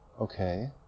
Okay